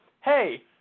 hey